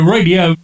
Radio